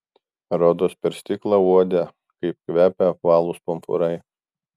rodos per stiklą uodė kaip kvepia apvalūs pumpurai